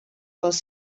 pels